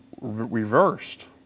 reversed